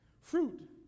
Fruit